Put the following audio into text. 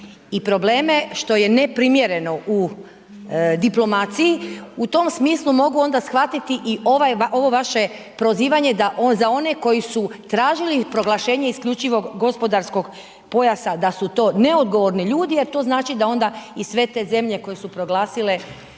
i probleme, što je neprimjereno u diplomaciji. U tom smislu mogu onda shvatiti i ovo vaše prozivanje da za one koji su tražili proglašenje isključivog gospodarskog pojasa da su to neodgovorni ljudi jer to znači da onda i sve te zemlje koje su proglasile